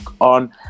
on